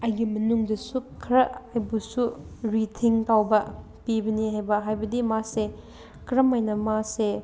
ꯑꯩꯒꯤ ꯃꯅꯨꯡꯗꯁꯨ ꯈꯔ ꯑꯩꯕꯨꯁꯨ ꯔꯤꯊꯤꯡꯛ ꯇꯧꯕ ꯄꯤꯕꯅꯦ ꯍꯥꯏꯕ ꯍꯥꯏꯕꯗꯤ ꯃꯥꯁꯦ ꯀꯔꯝ ꯍꯥꯏꯅ ꯃꯥꯁꯦ